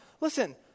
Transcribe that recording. Listen